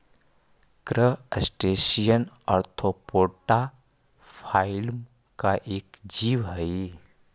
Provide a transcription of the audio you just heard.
crustacean arthropoda phylum का एक जीव हई